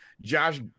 Josh